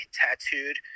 tattooed